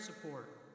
support